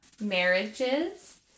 marriages